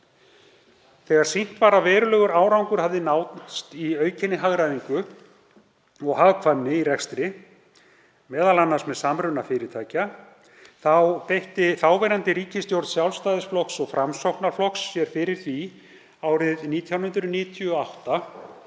Þegar sýnt var að verulegur árangur hafði náðst í aukinni hagræðingu og hagkvæmni í rekstri, m.a. með samruna fyrirtækja, beitti þáverandi ríkisstjórn Sjálfstæðisflokks og Framsóknarflokks sér fyrir því árið 1998